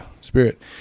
spirit